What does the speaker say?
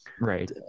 Right